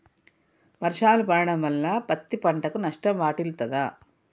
వర్షాలు పడటం వల్ల పత్తి పంటకు నష్టం వాటిల్లుతదా?